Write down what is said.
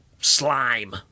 slime